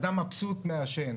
אדם מבסוט מעשן,